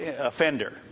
offender